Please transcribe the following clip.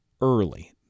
early